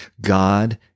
God